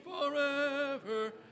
forever